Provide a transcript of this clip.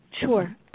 Sure